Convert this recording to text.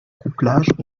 couplage